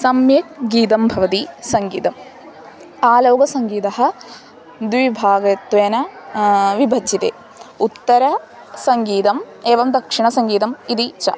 सम्यक् गीतं भवति सङ्गीतम् आलौकसङ्गीतं द्विभागत्वेन विभज्यते उत्तरसङ्गीतम् एवं दक्षिणसङ्गीतम् इति च